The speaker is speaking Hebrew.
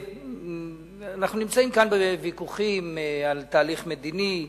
אנחנו נמצאים כאן בוויכוחים על תהליך מדיני,